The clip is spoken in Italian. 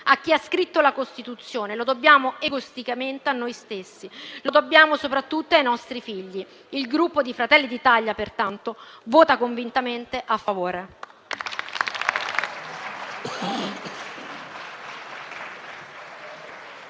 a chi ha scritto la Costituzione. Lo dobbiamo egoisticamente a noi stessi. Lo dobbiamo soprattutto ai nostri figli. Il Gruppo Fratelli d'Italia, pertanto, vota convintamente a favore.